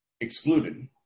excluded